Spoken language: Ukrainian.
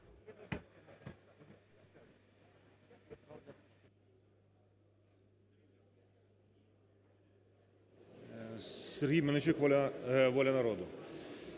Сергій Мельничук, "Воля народу".